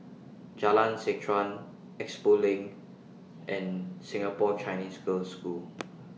Jalan Seh Chuan Expo LINK and Singapore Chinese Girls' School